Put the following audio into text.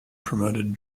promoted